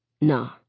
Nah